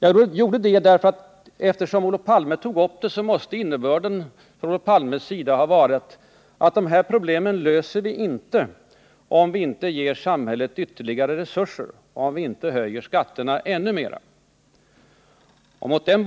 Jag gjorde det eftersom innebörden i Olof Palmes anförande måste ha varit att vi inte löser alla dessa problem om vi inte ger samhället ytterligare resurser, om vi inte höjer skatterna ännu mer. Mot den